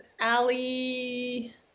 Ali